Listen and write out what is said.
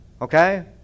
Okay